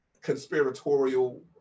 conspiratorial